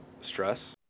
stress